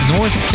North